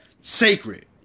sacred